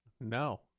No